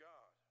God